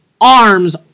arms